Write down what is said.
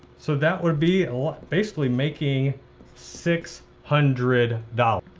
so that would be basically making six hundred dollars.